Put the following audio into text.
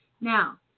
Now